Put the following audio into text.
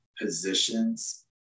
positions